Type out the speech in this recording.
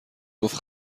گفت